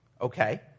Okay